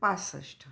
पासष्ट